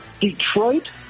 Detroit